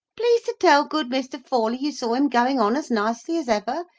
please to tell good mr. forley you saw him going on as nicely as ever,